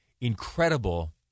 incredible